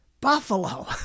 Buffalo